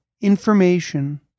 information